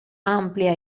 amplia